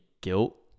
guilt